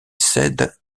cèdent